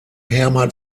hermann